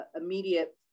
immediate